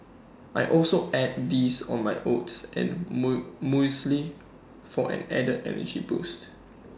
I also add these on my oats and mu muesli for an added energy boost